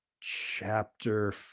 chapter